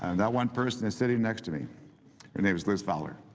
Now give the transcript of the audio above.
and that one person is sitting next to me. her name is liz fowler.